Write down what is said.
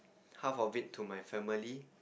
half of it to my family